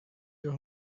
your